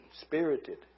spirited